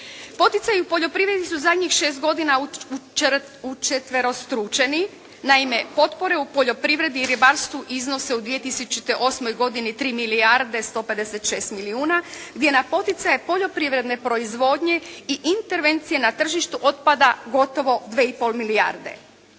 Poticaji u poljoprivredi su zadnjih 6 godina učetverostručeni. Naime potpore u poljoprivredi i ribarstvu iznose u 2008. godini 3 milijarde 156 milijuna gdje na poticaje poljoprivredne proizvodnje i intervencije na tržištu otpada gotovo dvije